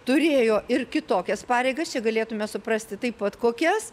turėjo ir kitokias pareigas čia galėtume suprasti taip pat kokias